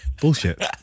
bullshit